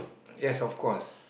yes of course